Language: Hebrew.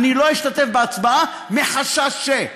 אני לא אשתתף בהצבעה מחשש ש-.